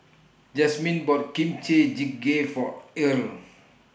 Jasmyn bought Kimchi Jjigae For Irl